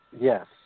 Yes